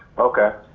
okay.